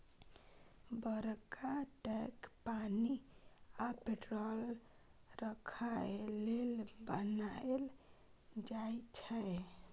बरका टैंक पानि आ पेट्रोल राखय लेल बनाएल जाई छै